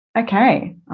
Okay